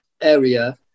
area